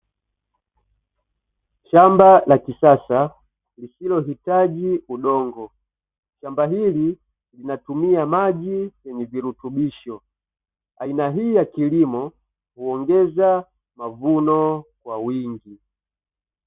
Shamba la kisasa lisilohitaji udongo, shamba hili linatumia maji yenye virutubisho, aina hii ya kilimo huongeza mavuno kwa wingi.